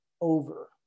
over